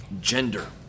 gender